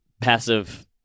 passive